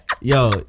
Yo